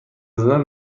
زدن